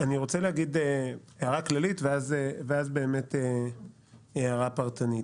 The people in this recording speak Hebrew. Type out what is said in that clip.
אני רוצה להגיד הערה כללית ואז הערה פרטנית.